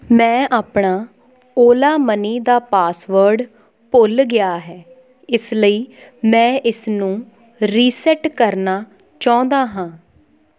ਮੈਂ ਆਪਣਾ ਓਲਾ ਮਨੀ ਦਾ ਪਾਸਵਰਡ ਭੁੱਲ ਗਿਆ ਹੈ ਇਸ ਲਈ ਮੈਂ ਇਸਨੂੰ ਰੀਸੈੱਟ ਕਰਨਾ ਚਾਹੁੰਦਾ ਹਾਂ